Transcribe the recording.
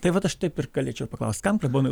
tai vat aš taip ir galėčiau paklaust kam klebonui